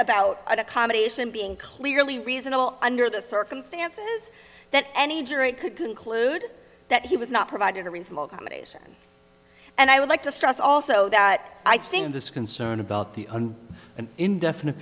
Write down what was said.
about accommodation being clearly reasonable under the circumstances that any jury could conclude that he was not provided a reasonable accommodation and i would like to stress also that i think this concern about the under an indefinite